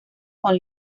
con